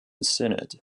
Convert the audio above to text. synod